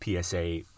PSA